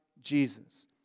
Jesus